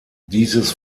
dieses